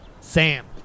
Sam